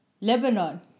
Lebanon